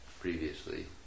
previously